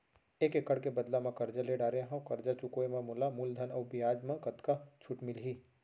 एक एक्कड़ के बदला म करजा ले डारे हव, करजा चुकाए म मोला मूलधन अऊ बियाज म कतका छूट मिलही?